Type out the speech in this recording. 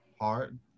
hard